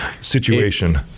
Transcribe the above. situation